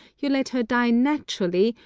you let her die naturally,